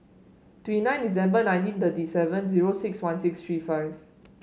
twenty nine December nineteen thirty seven zero six one six three five